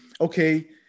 okay